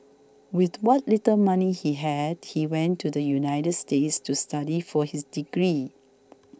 with what little money he had he went to the United States to study for his degree